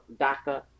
DACA